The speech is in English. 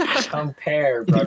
compare